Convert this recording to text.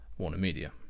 WarnerMedia